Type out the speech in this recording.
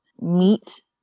meat